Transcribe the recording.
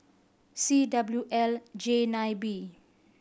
C W L J nine B